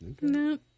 No